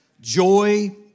joy